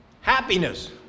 happiness